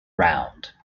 round